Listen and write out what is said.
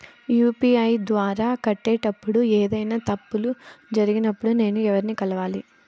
UPI ద్వారా కట్టేటప్పుడు ఏదైనా తప్పులు జరిగినప్పుడు నేను ఎవర్ని కలవాలి?